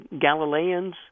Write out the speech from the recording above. Galileans